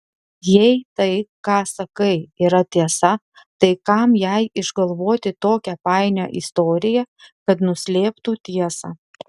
jei tai ką sakai yra tiesa tai kam jai išgalvoti tokią painią istoriją kad nuslėptų tiesą